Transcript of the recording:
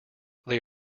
they